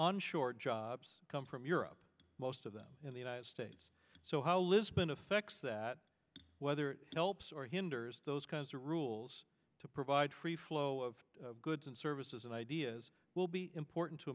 on short jobs come from europe most of them in the united states so how lisbon affects that whether it helps or hinders those kinds of rules to provide free flow of goods and services and ideas will be important to